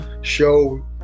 show